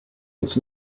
its